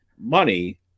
money